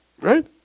Right